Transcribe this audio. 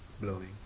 blowing